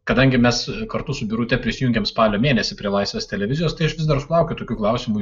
kadangi mes kartu su birute prisijungėm spalio mėnesį prie laisvės televizijos vis dar sulaukiu tokių klausimų